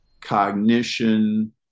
cognition